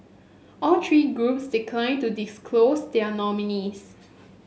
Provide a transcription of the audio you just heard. all three groups declined to disclose their nominees